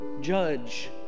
judge